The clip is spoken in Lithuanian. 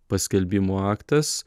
paskelbimo aktas